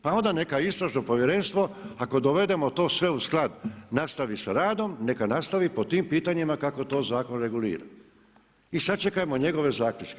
Pa onda neka Istražno povjerenstvo ako dovedemo to sve u sklad nastavi sa radom neka nastavi po tim pitanjima kako to zakon regulira i sačekajmo njegove zaključke.